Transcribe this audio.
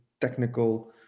technical